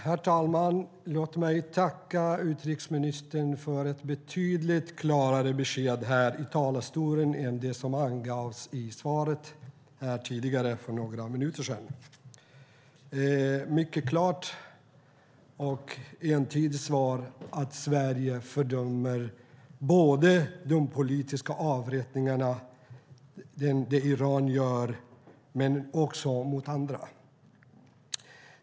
Herr talman! Låt mig tacka utrikesministern för ett betydligt klarare besked här i talarstolen än det som angavs i svaret tidigare för några minuter sedan. Det är ett mycket klart och entydigt svar: Sverige fördömer både de politiska avrättningarna - det Iran gör - men också andra.